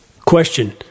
Question